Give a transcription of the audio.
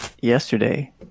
yesterday